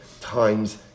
times